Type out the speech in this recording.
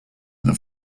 the